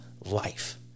life